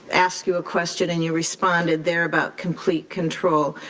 asked you a question and you responded there about complete control.